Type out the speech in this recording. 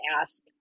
ask